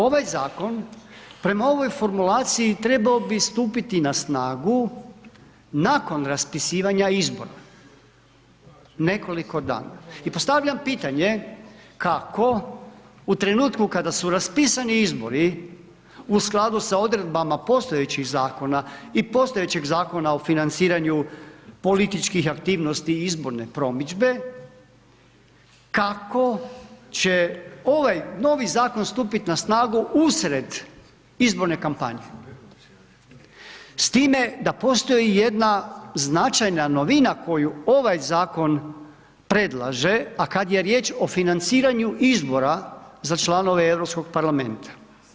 Ovaj zakon prema ovoj formulaciji trebao bi stupiti na snagu nakon raspisivanja izbora nekoliko dana i postavljam pitanje kako u trenutku kada su raspisani izbori u skladu sa odredbama postojećih zakona i postojećeg Zakona o financiranju političkih aktivnosti i izborne promidžbe, kako će ovaj zakon stupiti na snagu usred izborne kampanje s time da postoji jedna značajna novina koju ovaj zakon predlaže a kad je riječ o financiranju izbora za članove Europskog parlamenta.